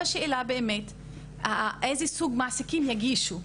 השאלה באמת איזה סוג מעסיקים יגישו,